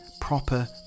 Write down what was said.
proper